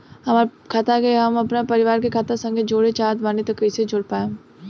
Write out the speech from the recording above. हमार खाता के हम अपना परिवार के खाता संगे जोड़े चाहत बानी त कईसे जोड़ पाएम?